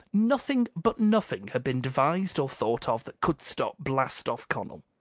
nothing, but nothing, had been devised or thought of that could stop blast-off connel.